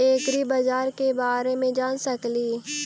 ऐग्रिबाजार के बारे मे जान सकेली?